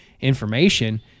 information